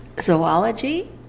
Zoology